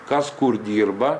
kas kur dirba